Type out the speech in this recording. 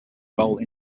role